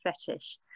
fetish